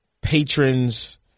patrons